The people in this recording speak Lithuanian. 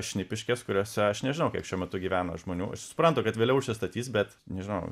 šnipiškės kuriose aš nežinau kiek šiuo metu gyvena žmonių aš suprantu kad vėliau užsistatys bet nežinau